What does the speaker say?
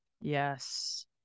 Yes